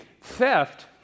Theft